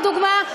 לדוגמה,